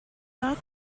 that